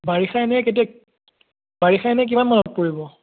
বাৰিষা এনে কেতিয়া বাৰিষা এনে কিমান মানত পৰিব